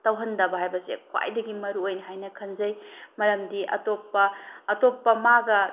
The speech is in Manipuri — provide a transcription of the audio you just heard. ꯇꯧꯍꯟꯗꯕ ꯍꯥꯏꯕꯁꯦ ꯈ꯭ꯋꯥꯏꯗꯒꯤ ꯃꯔꯨ ꯑꯣꯏꯅ ꯍꯥꯏꯅ ꯈꯟꯖꯩ ꯃꯔꯝꯗꯤ ꯑꯇꯣꯞꯄ ꯑꯇꯣꯞꯄ ꯃꯥꯒ